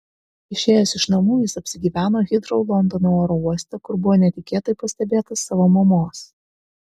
išėjęs iš namų jis apsigyveno hitrou londono oro uoste kur buvo netikėtai pastebėtas savo mamos